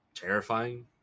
terrifying